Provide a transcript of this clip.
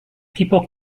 people